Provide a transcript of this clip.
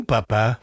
Papa